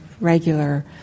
regular